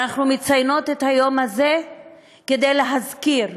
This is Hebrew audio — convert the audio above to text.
ואנחנו מציינות את היום הזה כדי להזכיר